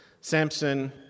Samson